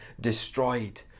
destroyed